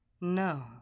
No